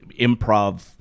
improv